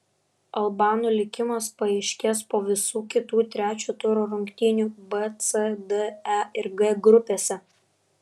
albanų likimas paaiškės po visų kitų trečio turo rungtynių b c d e ir g grupėse